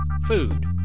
food